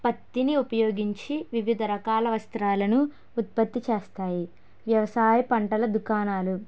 పత్తిని ఉపయోగించి వివిధ రకాల వస్త్రాలను ఉత్పత్తి చేస్తాయి వ్యవసాయ పంటల దుకాణాలు